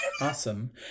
Awesome